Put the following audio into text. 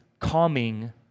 calming